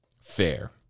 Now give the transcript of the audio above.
fair